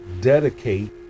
dedicate